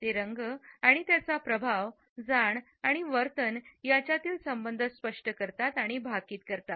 ते रंग आणि त्याचा प्रभाव जाण आणि वर्तन यांच्यातील संबंध स्पष्ट करतात आणि भाकीत करतात